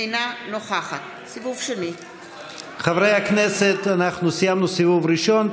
אינה נוכחת חברי הכנסת, אנחנו סיימנו סיבוב ראשון.